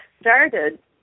started